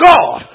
God